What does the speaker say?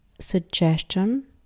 suggestion